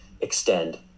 extend